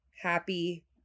happy